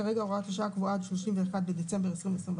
כרגע הוראת השעה קבועה עד ה-31 בדצמבר 2021,